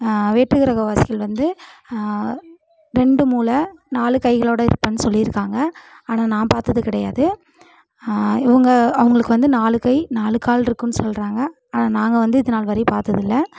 வேற்றுகிரக வாசிகள் வந்து ரெண்டு மூளை நாலு கைகளோட இருப்பேன்னு சொல்லியிருக்காங்க ஆனால் நான் பார்த்தது கிடையாது இவங்க அவங்களுக்கு வந்து நாலு கை நாலு கால் இருக்குதுன்னு சொல்கிறாங்க ஆனால் நாங்கள் வந்து இதுநாள் வரை பார்த்ததில்ல